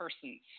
persons